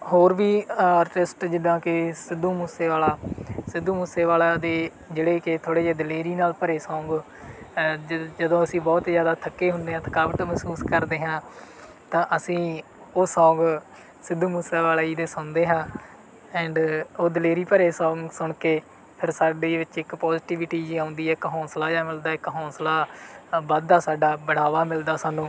ਹੋਰ ਵੀ ਆਰਟਿਸਟ ਜਿੱਦਾਂ ਕਿ ਸਿੱਧੂ ਮੂਸੇਵਾਲਾ ਸਿੱਧੂ ਮੂਸੇਵਾਲਾ ਦੇ ਜਿਹੜੇ ਕਿ ਥੋੜ੍ਹੇ ਜਿਹੇ ਦਲੇਰੀ ਨਾਲ ਭਰੇ ਸੌਂਗ ਅ ਜ ਜਦੋਂ ਅਸੀਂ ਬਹੁਤ ਜ਼ਿਆਦਾ ਥੱਕੇ ਹੁੰਦੇ ਹਾਂ ਥਕਾਵਟ ਮਹਿਸੂਸ ਕਰਦੇ ਹਾਂ ਤਾਂ ਅਸੀਂ ਉਹ ਸੌਂਗ ਸਿੱਧੂ ਮੂਸੇਵਾਲਾ ਜੀ ਦੇ ਸੁਣਦੇ ਹਾਂ ਐਂਡ ਉਹ ਦਲੇਰੀ ਭਰੇ ਸੌਂਗ ਸੁਣ ਕੇ ਫਿਰ ਸਾਡੇ ਵਿੱਚ ਇੱਕ ਪੋਜੀਟਿਵਿਟੀ ਜਿਹੀ ਆਉਂਦੀ ਹੈ ਇੱਕ ਹੌਸਲਾ ਜਿਹਾ ਮਿਲਦਾ ਇੱਕ ਹੌਸਲਾ ਵੱਧਦਾ ਸਾਡਾ ਬੜਾਵਾ ਮਿਲਦਾ ਸਾਨੂੰ